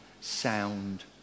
sound